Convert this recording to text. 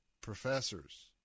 professors